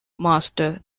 master